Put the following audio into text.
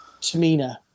Tamina